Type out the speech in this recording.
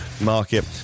market